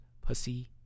pussy